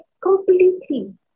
completely